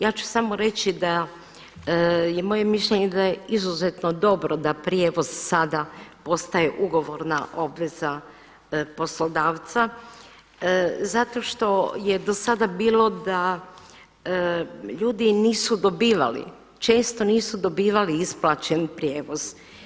Ja ću samo reći da je moje mišljenje da je izuzetno dobro da prijevoz sada postaje ugovorna obveza poslodavca zato što je do sada bilo da ljudi nisu dobivali, često nisu dobivali isplaćen prijevoz.